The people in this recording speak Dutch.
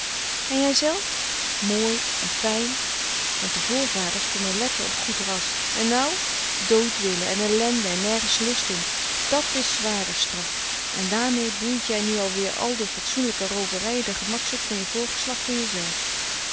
en jij zelf mooi en fijn want de voorvaders konden letten op goed ras en nou doodwillen en ellende en nergens lust in dat's zwaarder straf en daarmee boet jij nu weer al de fatsoenlijke rooverij en de gemakzucht van je voorgeslacht en jezelf